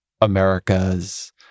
America's